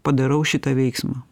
padarau šitą veiksmą